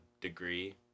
degree